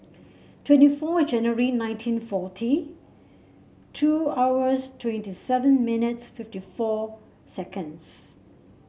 twenty four January nineteen forty two hours twenty seven minutes fifty four seconds